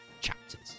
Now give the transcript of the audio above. chapters